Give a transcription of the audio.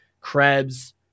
Krebs